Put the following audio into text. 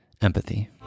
empathy